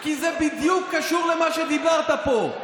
כי זה בדיוק קשור למה שדיברת פה: